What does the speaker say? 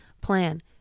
plan